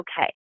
okay